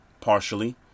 partially